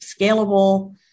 scalable